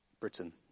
Britain